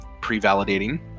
pre-validating